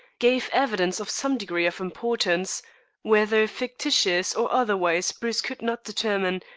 gave evidence of some degree of importance whether fictitious or otherwise bruce could not determine,